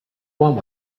want